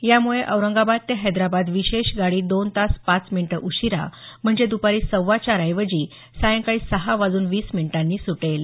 यामुळे औरंगाबाद ते हैदराबाद विशेष गाडी दोन तास पाच मिनिटे उशीरा म्हणजे द्रपारी सव्वा चार ऐवजी सायंकाळी सहा वाजून वीस मिनिटांनी वाजता सुटेल